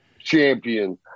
champion